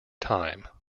time